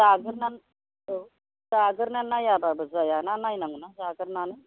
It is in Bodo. जाग्रोनानै औ जाग्रोनानै नायाबाबो जायाना नायनांगौना जाग्रोनानै